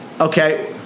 okay